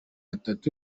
atatu